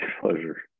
pleasure